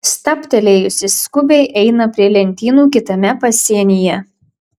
stabtelėjusi skubiai eina prie lentynų kitame pasienyje